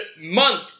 month